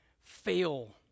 fail